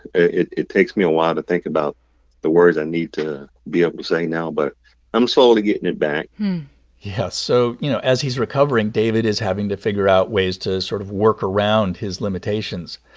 it it takes me a while to think about the words i need to be able to say now. but i'm slowly getting it back yeah. so, you know, as he's recovering, david is having to figure out ways to sort of work around his limitations.